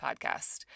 podcast